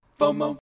FOMO